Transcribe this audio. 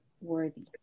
worthy